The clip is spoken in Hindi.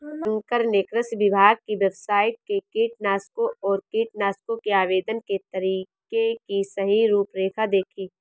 शंकर ने कृषि विभाग की वेबसाइट से कीटनाशकों और कीटनाशकों के आवेदन के तरीके की सही रूपरेखा देखी